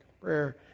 prayer